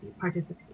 participate